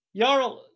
Yarl